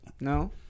No